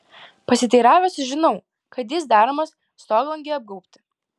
pasiteiravęs sužinau kad jis daromas stoglangiui apgaubti